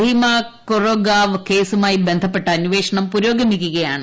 ഭീമ കൊറെഗാവ് കേസുമായി ബന്ധപ്പെട്ട് അന്വേഷണം പുരോഗമിക്കുകയാണ്